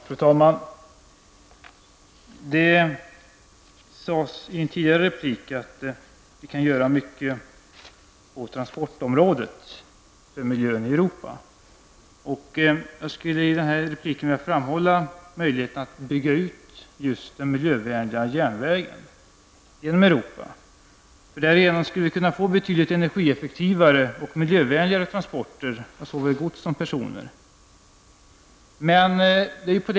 Fru talman! Det sades i en tidigare replik att vi kan göra mycket på transportområdet för miljön i Europa. Jag skulle i min replik vilja framhålla möjligheterna att bygga ut just den miljövänliga järnvägen genom Europa. Därigenom skulle vi kunna få betydligt energieffektivare och miljövänligare transporter av såväl gods som personer.